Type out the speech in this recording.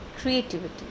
creativity